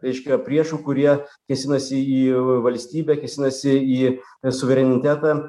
reiškia priešų kurie kėsinasi į valstybę kėsinasi į suverenitetą